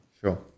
Sure